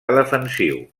defensiu